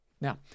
Now